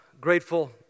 Grateful